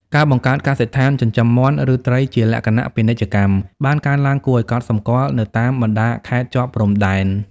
ការបង្កើតកសិដ្ឋានចិញ្ចឹមមាន់ ឬត្រីជាលក្ខណៈពាណិជ្ជកម្ម បានកើនឡើងគួរឱ្យកត់សម្គាល់នៅតាមបណ្ដាខេត្តជាប់ព្រំដែន។